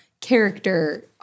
character